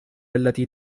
التي